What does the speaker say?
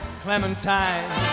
Clementine